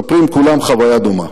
מספרים כולם חוויה דומה.